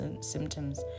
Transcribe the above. symptoms